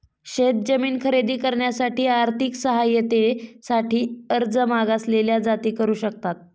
शेत जमीन खरेदी करण्यासाठी आर्थिक सहाय्यते साठी अर्ज मागासलेल्या जाती करू शकतात